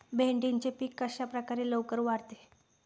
भेंडीचे पीक कशाप्रकारे लवकर वाढते?